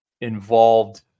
involved